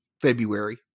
February